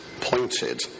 pointed